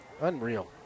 Unreal